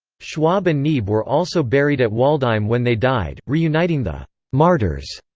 schwab and neebe were also buried at waldheim when they died, reuniting the martyrs.